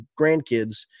grandkids